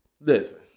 listen